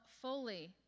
fully